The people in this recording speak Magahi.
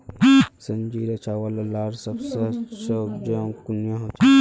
संजीरा चावल लार सबसे अच्छा उपजाऊ कुनियाँ होचए?